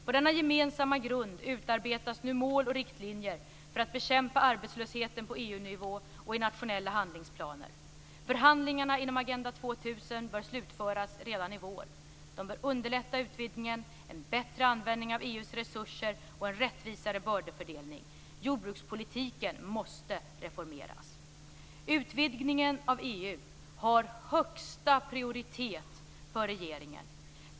På denna gemensamma grund utarbetas nu mål och riktlinjer för att bekämpa arbetslösheten på EU-nivå och i nationella handlingsplaner. Förhandlingarna inom Agenda 2000 bör slutföras redan i vår. De bör underlätta utvidgningen, en bättre användning av EU:s resurser och en rättvisare bördefördelning. Jordbrukspolitiken måste reformeras. Utvidgningen av EU har högsta prioritet för regeringen.